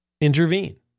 intervene